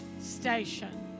station